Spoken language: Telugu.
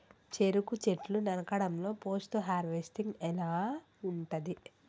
చెరుకు చెట్లు నరకడం లో పోస్ట్ హార్వెస్టింగ్ ఎలా ఉంటది?